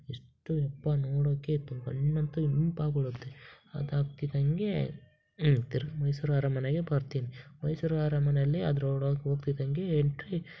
ಎಷ್ಟು ಯಪ್ಪಾ ನೋಡೋಕ್ಕೆ ಕಣ್ಣಂತೂ ಇಂಪಾಗ್ಬಿಡುತ್ತೆ ಅದಾಗ್ತಿದ್ದಂಗೇ ತಿರ್ಗಾ ಮೈಸೂರು ಅರಮನೆಗೆ ಬರ್ತೀನಿ ಮೈಸೂರು ಅರಮನೆಯಲ್ಲಿ ಅದ್ರೊಳಗೆ ಹೋಗ್ತಿದ್ದಂಗೆ ಎಂಟ್ರಿ